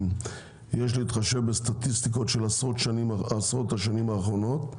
יש להתחשב בסטטיסטיקות של עשרות השנים האחרונות,